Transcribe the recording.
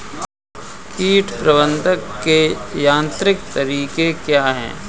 कीट प्रबंधक के यांत्रिक तरीके क्या हैं?